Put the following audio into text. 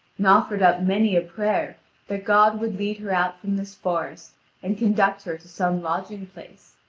and offered up many a prayer that god would lead her out from this forest and conduct her to some lodging-place.